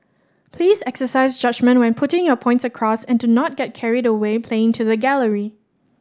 please exercise judgement when putting your points across and do not get carried away playing to the gallery